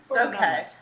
Okay